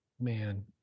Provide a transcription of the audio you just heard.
Man